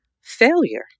failure